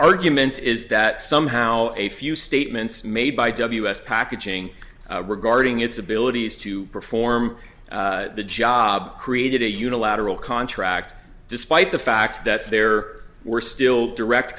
arguments is that somehow a few statements made by us packaging regarding its abilities to perform the job created a unilateral contract despite the fact that there were still direct